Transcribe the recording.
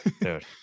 dude